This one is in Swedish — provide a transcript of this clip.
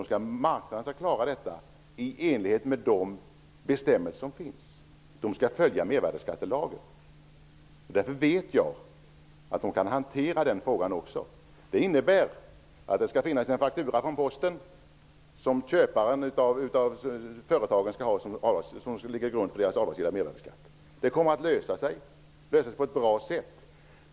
Jag sade att den skall göra det i enlighet med de bestämmelser som finns. Den skall följa mervärdesskattelagen, och därför vet jag att den kan hantera detta. Det innebär att det skall finnas en faktura från Posten, som skall ligga till grund för företagens avdragsgilla mervärdesskatt. Det hela kommer att lösa sig på ett bra sätt.